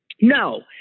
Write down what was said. No